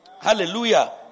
Hallelujah